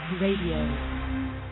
Radio